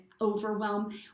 overwhelm